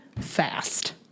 fast